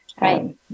right